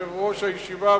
יושב-ראש הישיבה,